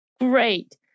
Great